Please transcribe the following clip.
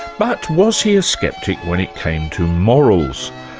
but was he a sceptic when it came to morals?